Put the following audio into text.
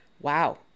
Wow